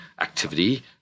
activity